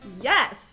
Yes